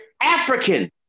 African